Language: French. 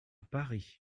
paris